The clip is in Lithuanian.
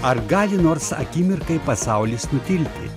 ar gali nors akimirkai pasaulis nutilti